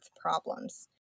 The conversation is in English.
problems